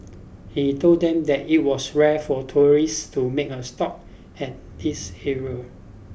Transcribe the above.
he told them that it was rare for tourists to make a stop at this area